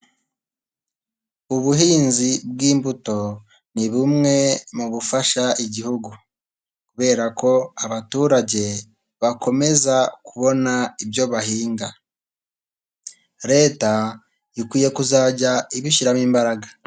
Ubuhinzi bw'imbuto ni bumwe mu bufasha igihugu kubera ko abaturage bakomeza kubona ibyo bahinga, leta ikwiye kuzajya ibishyiramo imbaraga.